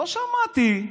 לא שמעתי.